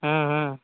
ह्म्म ह्म्म